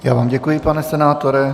Já vám děkuji, pane senátore.